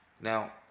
Now